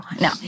No